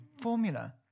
Formula